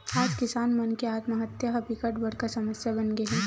आज किसान मन के आत्महत्या ह बिकट बड़का समस्या बनगे हे